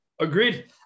agreed